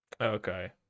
Okay